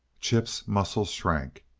chip's muscles shrank.